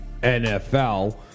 NFL